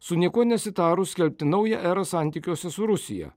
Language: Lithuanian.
su niekuo nesitarus skelbti naują erą santykiuose su rusija